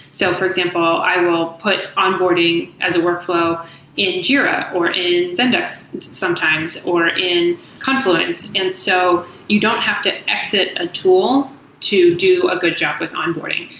so, for example, i will put onboarding as a workflow in jira or in zendesk sometimes, or in confluence. so you don't have to exit a tool to do a good job with onboarding.